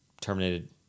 terminated